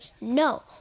no